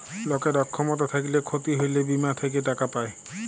লকের অক্ষমতা থ্যাইকলে ক্ষতি হ্যইলে বীমা থ্যাইকে টাকা পায়